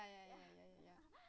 ya ya ya ya ya